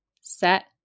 set